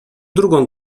drugą